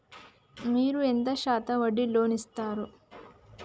మీరు ఎంత శాతం వడ్డీ లోన్ ఇత్తరు?